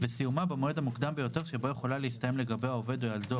וסיומה במועד המוקדם ביותר שבו יכולה להסתיים לגבי העובד או ילדו,